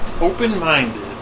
open-minded